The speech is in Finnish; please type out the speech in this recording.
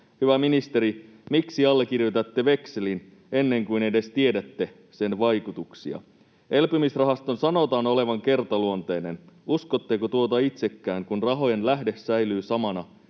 Hyvä ministeri, miksi allekirjoitatte vekselin ennen kuin edes tiedätte sen vaikutuksia? Elpymisrahaston sanotaan olevan kertaluonteinen. Uskotteko tuota itsekään, kun rahojen lähde säilyy samana,